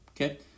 okay